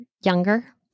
younger